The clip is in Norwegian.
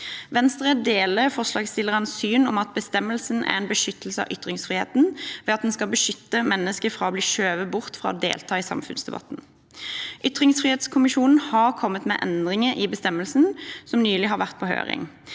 Venstre deler forslagsstillernes syn om at bestemmelsen er en beskyttelse av ytringsfriheten, ved at den skal beskytte mennesker fra å bli skjøvet bort fra å delta i samfunnsdebatten. Ytringsfrihetskommisjonen har kommet med endringer i bestemmelsen, som nylig har vært på høring.